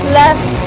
left